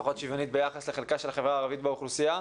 לפחות שוויונית ביחס לחלקה של החברה הערבית באוכלוסייה.